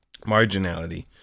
marginality